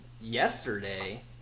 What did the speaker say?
yesterday